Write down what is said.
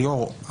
ליאור,